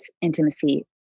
intimacy